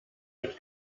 mit